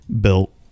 built